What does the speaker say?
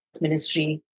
ministry